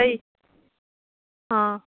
ꯑꯇꯩ ꯑꯥ